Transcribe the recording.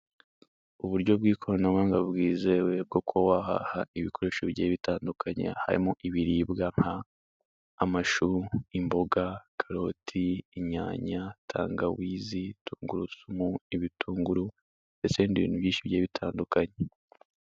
Uburyo bw'ikoranabuhanga bwizewe bwo kuba wahaha ibikoresho bigiye bitandukanye, harimo ibiribwa nk'amashu, imboga, karoti, inyanya, tangawizi, tungurusumu, ibitunguru ndetse n'ibindi bintu byinshi bigiye bitandukanye.